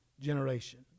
generation